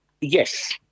Yes